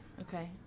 Okay